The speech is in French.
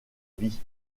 vie